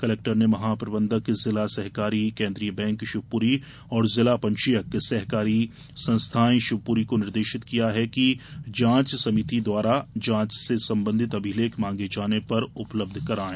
collector ने महाप्रबंधक जिला सहकारी केन्द्रीय बैंक शिवपुरी एवं जिला पंजीयक सहकारी संस्थाएं शिवपुरी को निर्देशित किया है कि गठित जांच समिति द्वारा जांच से संबंधित अभिलेख मांगे जाने पर उपलब्ध कराएंगे